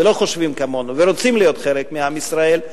לא חושבים כמונו ורוצים להיות חלק מעם ישראל,